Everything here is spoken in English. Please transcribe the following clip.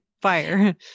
fire